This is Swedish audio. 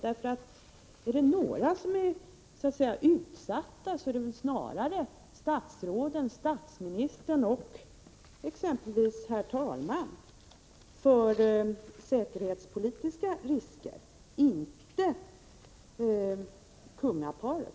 Är det några som är utsatta för säkerhetsrisker så är det väl snarare statsråden, statsministern och exempelvis talmannen, inte kungaparet.